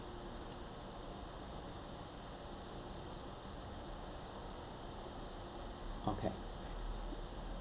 okay